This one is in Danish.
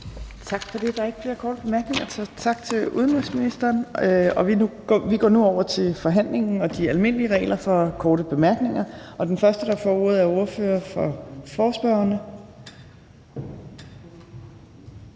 Tak for det. Der er ikke flere korte bemærkninger, så tak til udenrigsministeren. Vi går nu over til forhandlingen og de almindelige regler for korte bemærkninger. Den første, der får ordet, er ordføreren for forespørgerne.